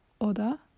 oda